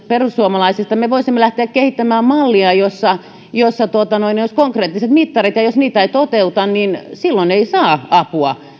perussuomalaisista me voisimme lähteä kehittämään mallia jossa jossa olisi konkreettiset mittarit ja jos niitä ei toteuta niin silloin ei saa apua